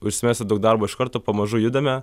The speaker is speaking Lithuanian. užsimesti daug darbo iš karto pamažu judame